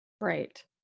Right